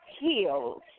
Heels